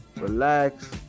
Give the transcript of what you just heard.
Relax